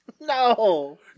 No